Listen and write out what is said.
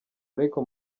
ariko